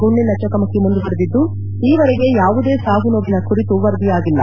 ಗುಂಡಿನ ಚಕಮಕಿ ಮುಂದುವರಿದಿದ್ದು ಈವರೆಗೆ ಯಾವುದೇ ಸಾವು ನೋವಿನ ಕುರಿತು ವರದಿಯಾಗಿಲ್ಲ